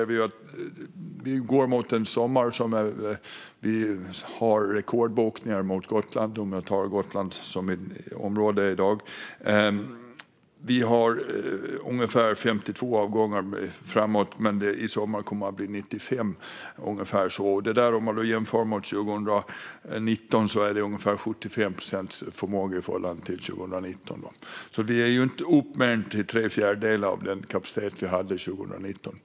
Vi går mot en sommar med rekordbokningar till Gotland. Vi har ungefär 52 avgångar framåt, men i sommar kommer det att bli 95. Då är vi uppe i ungefär 75 procents förmåga i förhållande till 2019. Vi är alltså inte uppe i mer än tre fjärdedelar av den kapacitet som vi hade 2019.